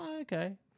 okay